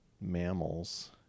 mammals